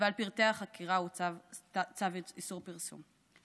ועל פרטי החקירה הוטל צו איסור פרסום,